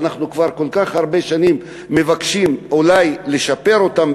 שאנחנו כבר כל כך הרבה שנים מבקשים אולי לשפר אותן,